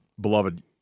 beloved